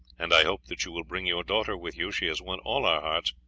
and i hope that you will bring your daughter with you. she has won all our hearts,